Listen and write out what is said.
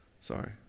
sorry